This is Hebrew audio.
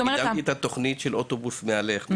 קידמתי את התוכנית של ׳אוטובוס מהלך׳,